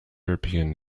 european